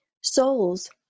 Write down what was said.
Souls